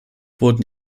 wurden